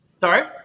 Sorry